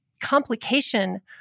complication